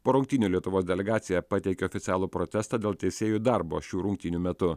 po rungtynių lietuvos delegacija pateikė oficialų protestą dėl teisėjų darbo šių rungtynių metu